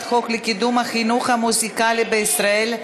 חוק לקידום החינוך המוזיקלי בישראל,